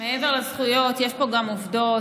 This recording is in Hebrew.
מעבר לזכויות, יש פה גם עובדות,